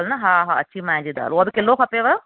हा हा अछी मांहि जी दाल उहा बि किलो खपेव